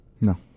No